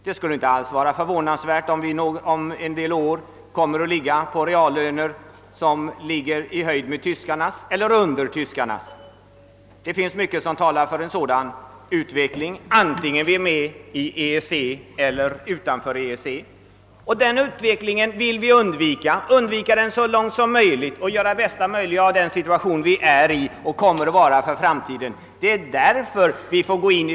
Det skulle inte ens vara förvånande om vi efter några år kommer att ha reallöner som ligger i höjd med eller under tyskarnas. Det finns mycket som talar för en sådan utveckling vare sig vi är med i EEC eller står utanför. Denna utveckling vill vi undvika så långt som möjligt. Vi vill göra det bästa möjliga i den situation i vilken vi befinner oss och i framtiden kommer att befinna oss.